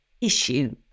issue